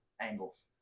angles